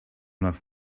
enough